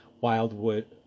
wildwood